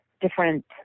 different